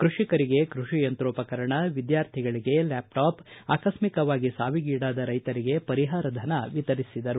ಕೃಷಿಕರಿಗೆ ಕೃಷಿ ಯಂತ್ರೋಪಕರಣ ವಿದ್ಯಾರ್ಥಿಗಳಿಗೆ ಲ್ಯಾಪ್ ಟಾಪ್ ಆಕಸ್ಟಕವಾಗಿ ಸಾವಿಗೀಡಾದ ರೈತರಿಗೆ ಪರಿಹಾರ ಧನ ವಿತರಿಸಿದರು